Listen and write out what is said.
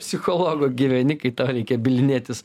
psichologo gyveni kai tau reikia bylinėtis